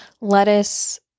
Lettuce